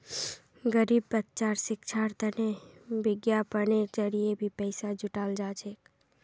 गरीब बच्चार शिक्षार तने विज्ञापनेर जरिये भी पैसा जुटाल जा छेक